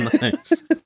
Nice